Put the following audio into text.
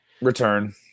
Return